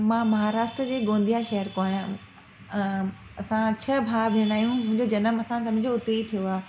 मां महाराष्ट्र जे गोंदिया शहर जो आहियां असां छह भाउ भेण आहियूं मुंहिंजो जनमु असां सभिनि जो उते ई थियो आहे